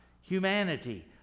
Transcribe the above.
humanity